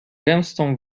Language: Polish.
gęstą